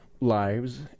lives